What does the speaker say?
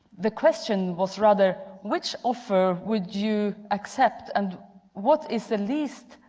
the question was rather which offer would you accept and what is the least